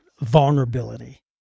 vulnerability